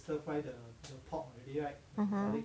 ah ha